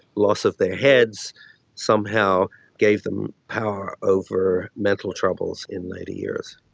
loss of their heads somehow gave them power over mental troubles in later years.